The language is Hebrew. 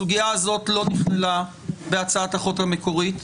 הסוגייה הזאת לא נכללה בהצעת החוק המקורית.